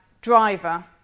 Driver